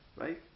right